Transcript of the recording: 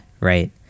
Right